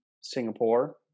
Singapore